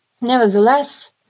Nevertheless